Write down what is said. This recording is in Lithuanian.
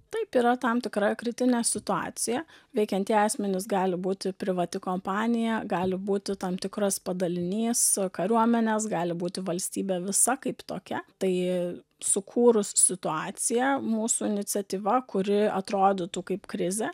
taip yra tam tikra kritinė situacija veikiantieji asmenys gali būti privati kompanija gali būti tam tikras padalinys kariuomenės gali būti valstybė visa kaip tokia tai sukūrus situaciją mūsų iniciatyva kuri atrodytų kaip krizė